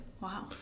Wow